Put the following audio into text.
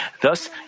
Thus